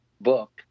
book